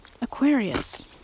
Aquarius